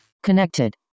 Connected